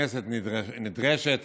הכנסת נדרשת